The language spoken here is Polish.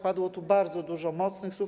Padło tu bardzo dużo mocnych słów.